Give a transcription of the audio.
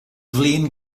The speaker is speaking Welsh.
flin